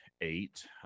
eight